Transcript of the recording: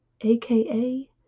aka